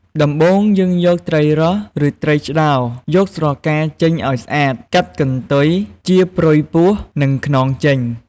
ដំបូងយើងយកត្រីរ៉ស់ ឬត្រីឆ្តោរ យកស្រកាចេញឲ្យស្អាត កាត់កន្ទុយ ចៀរព្រុយពោះ និងខ្នងចេញ។